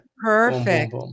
Perfect